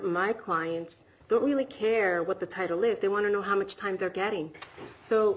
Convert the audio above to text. my clients don't really care what the title if they want to know how much time they're getting so